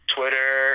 Twitter